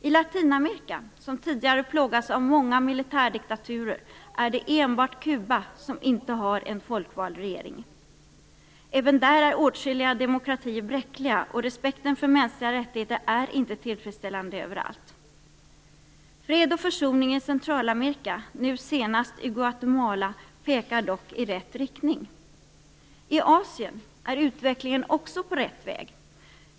I Latinamerika, som tidigare plågades av många militärdiktaturer är det enbart Kuba som inte har en folkvald regering. Även där är åtskilliga demokratier bräckliga, och respekten för mänskliga rättigheter är inte tillfredsställande överallt. Fred och försoning i Centralamerika, nu senast i Guatemala, pekar dock i rätt riktning. I Asien är utvecklingen också på rätt väg.